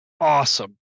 awesome